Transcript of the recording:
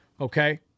okay